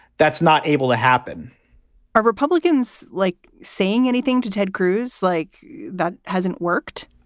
that's not able to happen are republicans like saying anything to ted cruz like that hasn't worked?